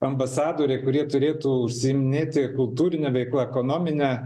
ambasadoriai kurie turėtų užsiiminėti kultūrine veikla ekonomine